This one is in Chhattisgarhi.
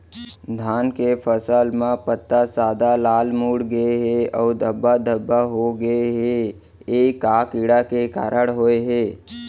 धान के फसल म पत्ता सादा, लाल, मुड़ गे हे अऊ धब्बा धब्बा होगे हे, ए का कीड़ा के कारण होय हे?